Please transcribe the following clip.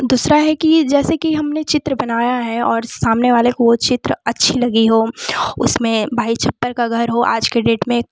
दूसरा है कि जैसे कि हमने चित्र बनाया है और सामने वाले को वो चित्र अच्छी लगी हो उसमें भाई छप्पर का घर हो आज के डेट में